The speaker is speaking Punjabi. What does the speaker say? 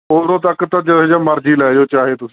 ਉਦੋਂ ਤੱਕ ਤਾਂ ਜਿਹੋ ਜਿਹਾ ਮਰਜ਼ੀ ਲੈ ਜਾਓ ਚਾਹੇ ਤੁਸੀਂ